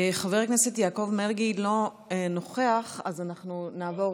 חבר הכנסת יעקב מרגי אינו נוכח, אז אנחנו נעבור,